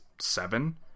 seven